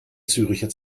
zürcher